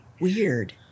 weird